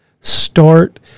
start